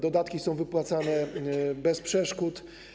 Dodatki są wypłacane bez przeszkód.